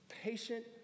patient